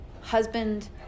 husband